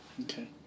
Okay